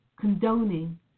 condoning